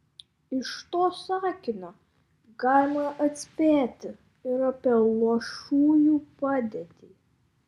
iš to sakinio galima atspėti ir apie luošųjų padėtį